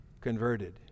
converted